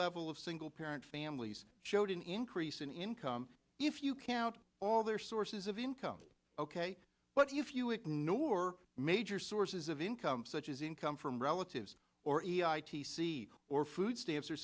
level of single parent families showed an increase in income if you can out all their sources of income ok what if you ignore major sources of income such as income from relatives or c or food stamps or